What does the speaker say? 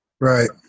right